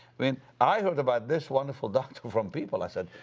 i mean, i heard about this wonderful doctor from people. i said.